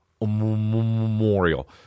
memorial